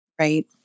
Right